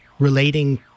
relating